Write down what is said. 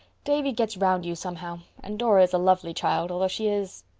davy gets round you somehow. and dora is a lovely child, although she is.